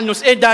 על נושאי דת,